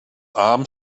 arm